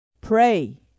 Pray